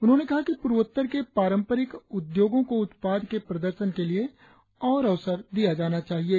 उन्होंने कहा कि पूर्वोत्तर के पारंपरिक उद्योगों को उत्पाद के प्रदर्शन के लिए और अवसर दिया जाना चाहिएं